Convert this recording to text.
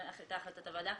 זו הייתה החלטת הוועדה.